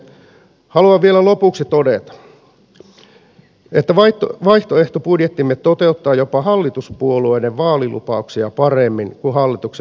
haluan vielä lopuksi todeta että vaihtoehtobudjettimme toteuttaa jopa hallituspuolueiden vaalilupauksia paremmin kuin hallituksen oma esitys